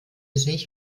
sich